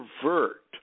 pervert